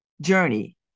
journey